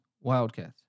wildcats